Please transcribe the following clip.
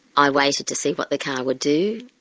i waited to see what the car would do,